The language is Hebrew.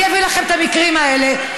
אני אביא לכם את המקרים האלה.